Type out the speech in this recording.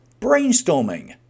brainstorming